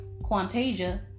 Quantasia